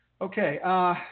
Okay